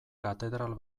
katedral